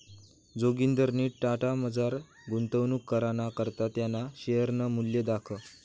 जोगिंदरनी टाटामझार गुंतवणूक कराना करता त्याना शेअरनं मूल्य दखं